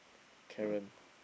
Karen